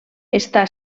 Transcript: està